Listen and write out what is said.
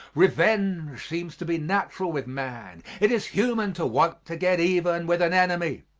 revenge seems to be natural with man it is human to want to get even with an enemy.